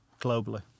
globally